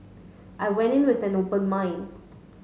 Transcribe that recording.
I went in with an open mind